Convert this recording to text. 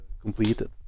completed